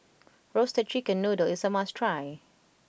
Roasted Chicken Noodle is a must try